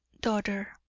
daughter